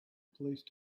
police